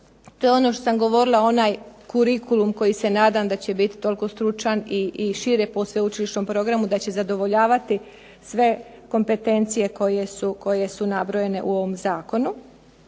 to je ono što sam govorila onaj curicullum koji se nadam da će biti toliko stručan i šire po sveučilišnom programu da će zadovoljavati sve kompetencije koje su nabrojene u ovom zakonu.